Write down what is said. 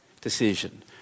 decision